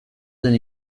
den